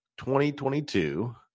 2022